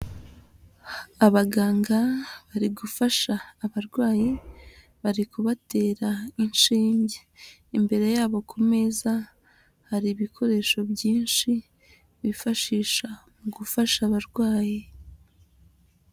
Abaganga bari gufasha abarwayi. Bari kubatera inshinge, imbere yabo ku meza hari ibikoresho byinshi bifashisha mu gufasha abarwayi.